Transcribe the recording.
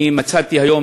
מצאתי היום,